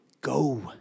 go